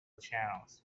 channels